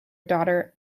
daughter